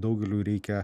daugeliui reikia